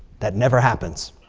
that never happens.